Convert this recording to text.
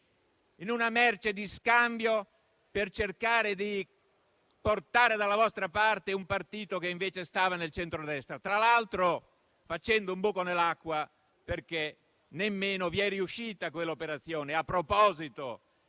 in una merce di scambio per cercare di portare dalla vostra parte un partito che invece stava nel centrodestra, tra l'altro facendo un buco nell'acqua perché quell'operazione nemmeno